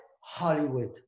Hollywood